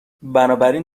بنابراین